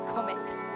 Comics